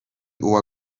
uwa